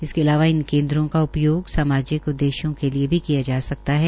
इसके अलावा इन केंद्रों का उपयोग सामाजिक उद्देश्यों के लिए भी किया जा सकता है